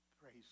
Praise